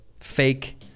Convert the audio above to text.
fake